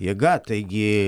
jėga taigi